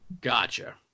Gotcha